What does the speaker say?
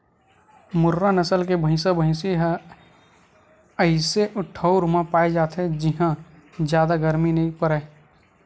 मुर्रा नसल के भइसा भइसी ह अइसे ठउर म जादा पाए जाथे जिंहा जादा गरमी नइ परय